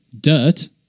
dirt